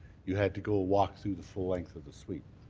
you had to go walk through the full length of the suite.